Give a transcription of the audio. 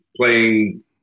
playing